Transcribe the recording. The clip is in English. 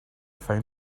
found